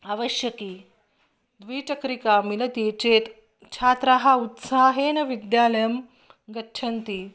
आवश्यकी द्विचक्रिका मिलति चेत् छात्राः उत्साहेन विद्यालयं गच्छन्ति